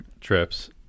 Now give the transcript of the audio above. trips